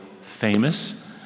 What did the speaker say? famous